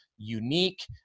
unique